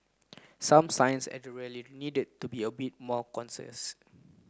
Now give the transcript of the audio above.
some signs at the rally needed to be a bit more concise